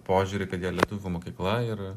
požiūrį kad jie lietuvių mokykla ir